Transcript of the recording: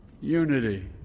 unity